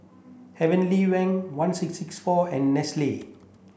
Heavenly Wang one six six four and Nestle